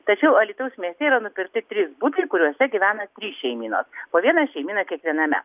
tačiau alytaus mieste yra nupirkti trys butai kuriuose gyvena trys šeimynos po vieną šeimyną kiekviename